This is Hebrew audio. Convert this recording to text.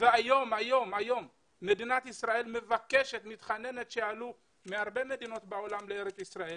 והיום מדינת ישראל מבקשת ומתחננת שיעלו הרבה מדינות בעולם לארץ ישראל